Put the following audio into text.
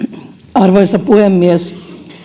arvoisa puhemies